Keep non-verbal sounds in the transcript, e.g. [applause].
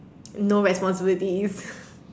no responsibilities [laughs]